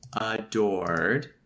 adored